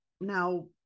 now